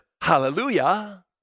Hallelujah